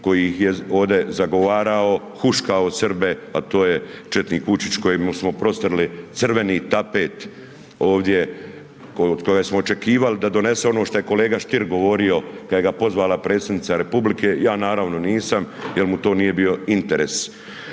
koji je ovdje zagovarao, huškao Srbe, a to je četnik Vučić, kojemu smo postrli crveni tapet ovdje, od kojeg smo očekivali da donese ono što je kolega Stier govorio, kada ga je pozvala predsjednica Republike. Ja naravno nisam, jer mu to nije bio interes.